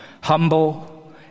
humble